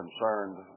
concerned